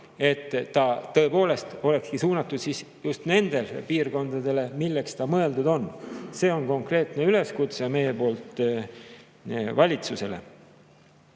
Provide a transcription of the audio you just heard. et ta tõepoolest olekski suunatud just nendele piirkondadele, millele ta mõeldud on. See on konkreetne üleskutse meie poolt valitsusele. Koolivõrgust